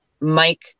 Mike